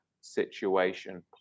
situation